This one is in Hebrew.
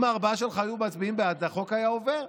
אם הארבעה שלך היו מצביעים בעד, החוק היה עובר.